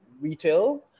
retail